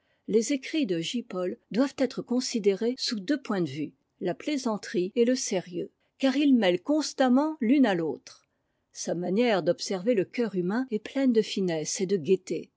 les écrits de j paul doivent être considérés sous deux points de vue la plaisanterie et le sérieux car il mêle constamment l'une à l'autre sa manière d'observer le cœur humain est pleine de finesse et de gaieté